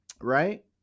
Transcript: right